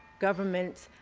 governments